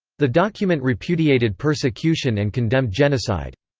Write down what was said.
the document repudiated persecution and condemned genocide.